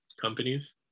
companies